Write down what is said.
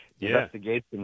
investigation